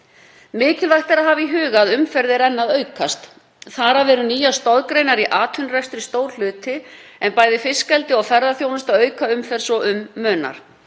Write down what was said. Mikilvægt er að hafa í huga að umferð er enn að aukast. Þar af eru nýjar stoðgreinar í atvinnurekstri stór hluti en bæði fiskeldi og ferðaþjónusta auka umferð svo um munar.